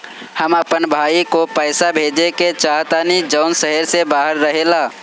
हम अपन भाई को पैसा भेजे के चाहतानी जौन शहर से बाहर रहेला